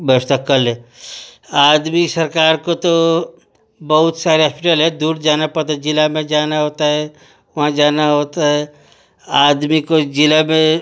व्यवस्था कर ले आदमी सरकार को तो बहुत सारे हास्पिटल है दूर जाना पड़ता है ज़िला में जाना होता है वहाँ जाना होता है आदमी को हास्पिटल में